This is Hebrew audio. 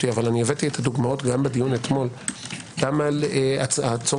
אבל הבאתי את הדוגמאות גם בדיון אתמול גם על הצורך